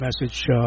message